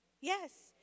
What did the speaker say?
Yes